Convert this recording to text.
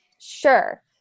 Sure